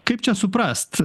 kaip čia suprast